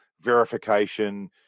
verification